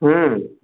হুম